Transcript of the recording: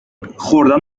خوردن